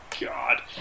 god